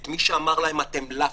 את מי שאמר להם אתם לפלפים,